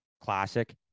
Classic